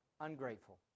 ungrateful